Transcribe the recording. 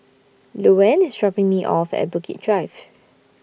Luanne IS dropping Me off At Bukit Drive